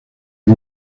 del